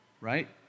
right